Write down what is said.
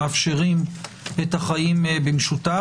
שמאפשרים את החיים במשותף.